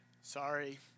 Sorry